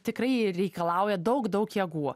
tikrai reikalauja daug daug jėgų